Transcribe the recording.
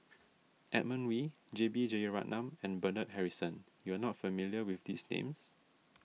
Edmund Wee J B Jeyaretnam and Bernard Harrison you are not familiar with these names